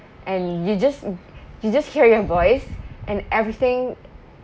and you just you just hear your voice and everything